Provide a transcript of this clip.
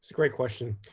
great question.